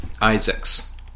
Isaac's